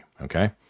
Okay